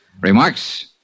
Remarks